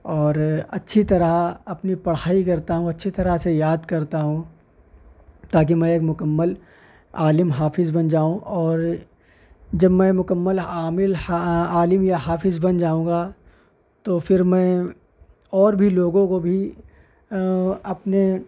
اور اچھی طرح اپنی پڑھائی کرتا ہوں اچھی طرح سے یاد کرتا ہوں تاکہ میں ایک مکمل عالم حافظ بن جاؤں اور جب میں مکمل عامل عالم یا حافظ بن جاؤں گا تو پھر میں اور بھی لوگوں کو بھی اپنے